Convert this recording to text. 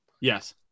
Yes